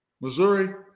Missouri